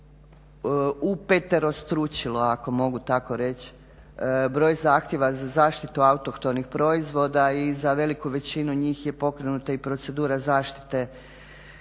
upeterostručilo ako mogu tako reć broj zahtjeva za zaštitu autohtonih proizvoda i za veliku većinu njih je pokrenuta i procedura zaštite